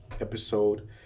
episode